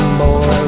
boy